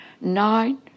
nine